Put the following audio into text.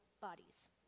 bodies